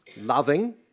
loving